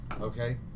Okay